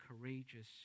courageous